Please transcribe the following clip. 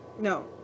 No